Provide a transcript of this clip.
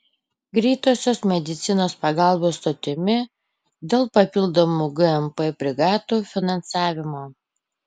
greitosios medicinos pagalbos stotimi dėl papildomų gmp brigadų finansavimo